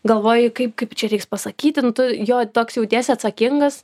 galvoji kaip kaip čia reiks pasakyti nu tu jo toks jautiesi atsakingas